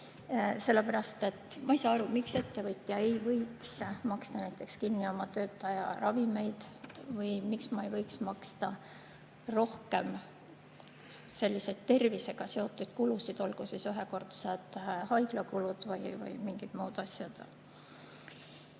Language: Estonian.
Sellepärast et ma ei saa aru, miks ettevõtja ei võiks maksta kinni oma töötaja ravimeid või miks ma ei võiks maksta rohkem tervisega seotud kulusid, olgu siis ühekordsed haiglakulud või mingid muud asjad.